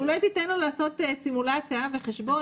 אולי תיתן לו לעשות סימולציה וחשבון,